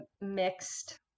mixed